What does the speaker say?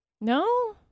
No